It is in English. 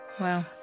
wow